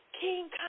King